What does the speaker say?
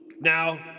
Now